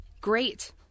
Great